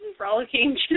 Frolicking